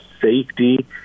safety